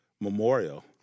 memorial